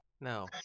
No